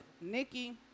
Nikki